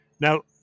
now